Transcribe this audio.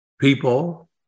people